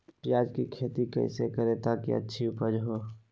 प्याज की खेती कैसे करें ताकि अच्छी उपज हो?